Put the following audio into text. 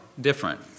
different